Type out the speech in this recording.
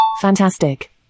Fantastic